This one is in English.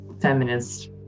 feminist